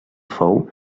fou